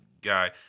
guy